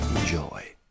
Enjoy